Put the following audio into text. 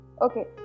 Okay